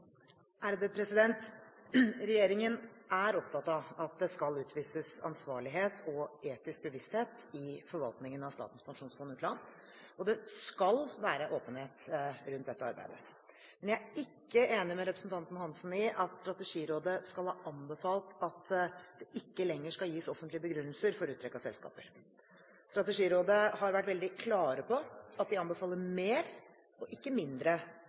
Regjeringen er opptatt av at det skal utvises ansvarlighet og etisk bevissthet i forvaltningen av Statens pensjonsfond utland, og det skal være åpenhet rundt dette arbeidet, men jeg er ikke enig med representanten Hansson i at Strategirådet skal ha anbefalt at det ikke lenger skal gis offentlige begrunnelser for uttrekk av selskaper. Strategirådet har vært veldig klar på at de anbefaler mer og ikke mindre